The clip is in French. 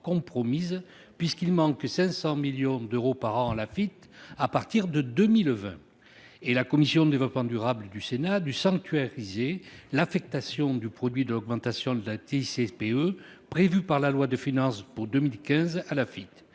puisqu'il manquera 500 millions d'euros par an à l'Afitf à partir de 2020. La commission du développement durable du Sénat a dû sanctuariser l'affectation à l'Afitf du produit de l'augmentation de la TICPE prévue par la loi de finances pour 2015. Malgré